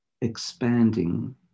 Expanding